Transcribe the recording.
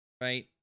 Right